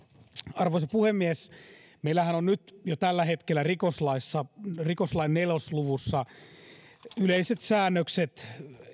arvoisa puhemies meillähän on nyt jo tällä hetkellä rikoslaissa rikoslain neljässä luvussa yleiset säännökset